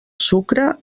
sucre